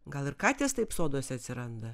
gal ir katės taip soduose atsiranda